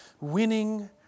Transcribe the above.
winning